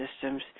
systems